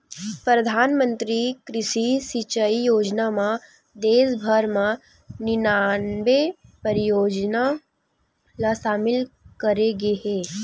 परधानमंतरी कृषि सिंचई योजना म देस भर म निनानबे परियोजना ल सामिल करे गे हे